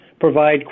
provide